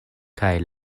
kaj